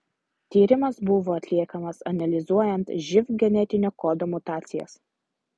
tyrimas buvo atliekamas analizuojant živ genetinio kodo mutacijas